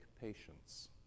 patience